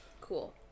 Cool